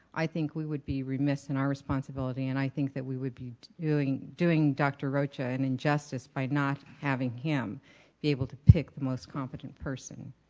i think we would be remiss in our responsibility and i think that we would be doing doing dr. rocha an injustice by not having him be able to pick the most competent person.